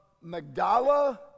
Magdala